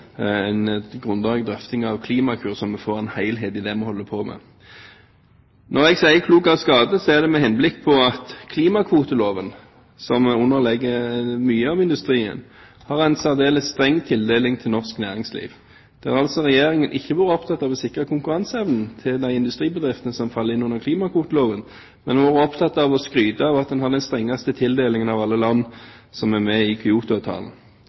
en grundigere drøfting av Klimakur, slik at vi får en helhet i det vi holder på med. Når jeg sier «klok av skade», er det med henblikk på at klimakvoteloven, som mye av industrien er underlagt, har en særdeles streng tildeling til norsk næringsliv. Regjeringen har altså ikke vært opptatt av å sikre konkurranseevnen til de industribedriftene som faller inn under klimakvoteloven, men har vært opptatt av å skryte av at en har den strengeste tildelingen av alle land som er med i